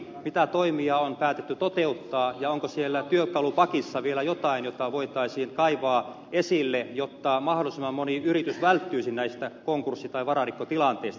mitä toimia on päätetty toteuttaa ja onko siellä työkalupakissa vielä jotain jota voitaisiin kaivaa esille jotta mahdollisimman moni yritys välttyisi näistä konkurssi tai vararikkotilanteista